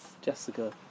Jessica